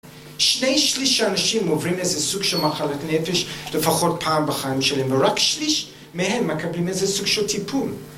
שני שליש האנשים עוברים איזה סוג של מחלת נפש, לפחות פעם בחיים שלהם, ורק שליש מהם מקבלים איזה סוג של טיפול.